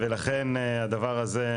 ולכן הדבר הזה,